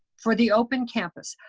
for the open campus,